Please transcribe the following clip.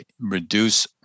reduce